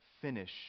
finish